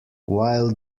while